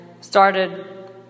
started